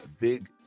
Big